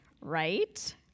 right